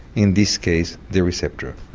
in this case the receptor.